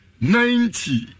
Ninety